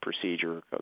procedure